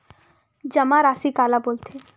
जमा राशि काला बोलथे?